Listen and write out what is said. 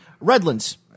Redlands